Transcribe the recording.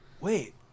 wait